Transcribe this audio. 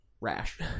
rash